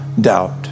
doubt